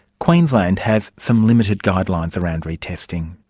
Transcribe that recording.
queensland has some limited guidelines around retesting.